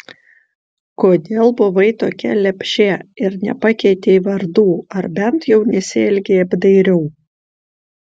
kodėl buvai tokia lepšė ir nepakeitei vardų ar bent jau nesielgei apdairiau